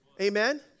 Amen